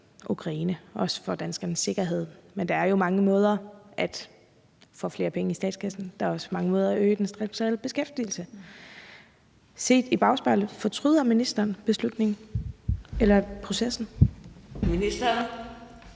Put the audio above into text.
og danskernes sikkerhed. Men der er jo mange måder at få flere penge i statskassen på. Der er også mange måder at øge den strukturelle beskæftigelse på. Set i bakspejlet fortryder ministeren så beslutningen eller processen? Kl.